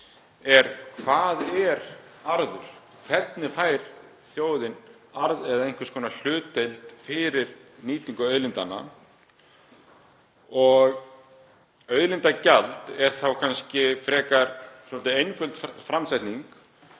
er: Hvað er arður? Hvernig fær þjóðin arð eða einhvers konar hlutdeild fyrir nýtingu auðlindanna? Auðlindagjald er þá kannski svolítið einföld framsetning